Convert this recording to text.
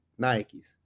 Nikes